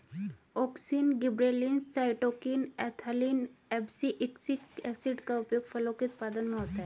auxin, gibberellins, cytokinin, ethylene, abscisic acid का उपयोग फलों के उत्पादन में होता है